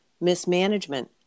mismanagement